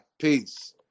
peace